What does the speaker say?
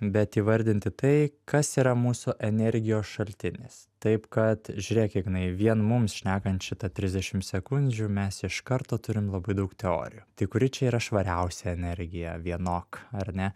bet įvardinti tai kas yra mūsų energijos šaltinis taip kad žiūrėk ignai vien mums šnekant šitą trisdešim sekundžių mes iš karto turim labai daug teorijų tai kuri čia yra švariausia energija vienok ar ne